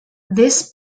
this